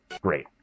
Great